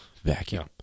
vacuum